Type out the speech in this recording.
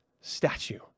statue